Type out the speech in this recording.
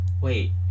Wait